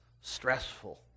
stressful